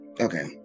Okay